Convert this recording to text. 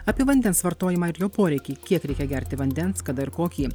apie vandens vartojimą ir jo poreikį kiek reikia gerti vandens kada ir kokį